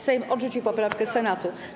Sejm odrzucił poprawkę Senatu.